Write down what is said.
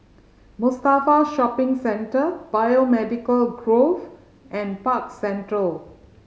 Mustafa Shopping Centre Biomedical Grove and Park Central